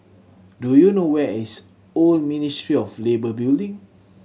do you know where is Old Ministry of Labour Building